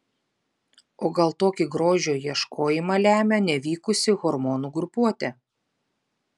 o gal tokį grožio ieškojimą lemia nevykusi hormonų grupuotė